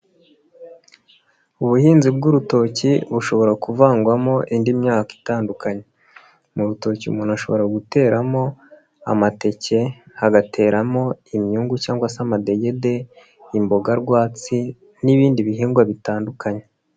Ubuhinzi bw'urutoki bushobora kuvangwamo indi myaka itandukanye, mu rutoki umuntu ashobora guteramo amateke, hagateramo imyungu cyangwa se amadegede, imbogarwatsi n'ibindi bihingwa bitandukanye.